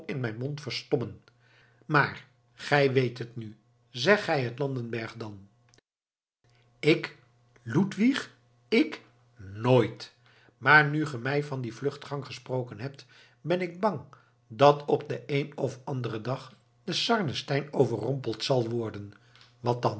in mijn mond verstommen maar gij weet het nu zeg gij het landenberg dan ik ludwig ik nooit maar nu ge mij van die vluchtgang gesproken hebt ben ik bang dat op den een of anderen dag de sarnenstein overrompeld zal worden wat dan